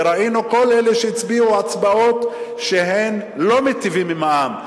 וראינו את כל אלה שהצביעו הצבעות שהם לא מיטיבים עם העם,